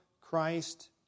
Christ